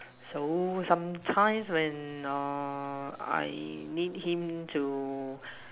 so sometimes when err I need him to